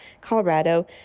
Colorado